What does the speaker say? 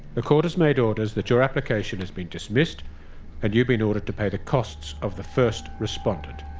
the court has made orders that your application has been dismissed and you've been ordered to pay the costs of the first respondent.